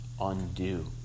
undo